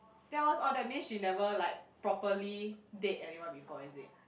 tells orh that means she never like properly date anyone before is it